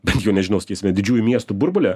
bent jau nežinau sakysime didžiųjų miestų burbule